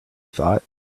thought